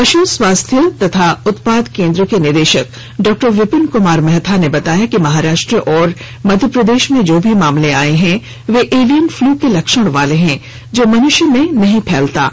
पशु स्वास्थ्य एवम उत्पाद केन्द्र के निदेशक डा विपिन कुमार महथा ने बताया कि महाराष्ट्र और मध्यप्रदेश में जो भी मामले आए हैं वे एवियन फ्लू के लक्षण वाले हैं जो मनुष्य में नहीं फैलता है